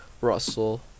Russell